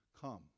come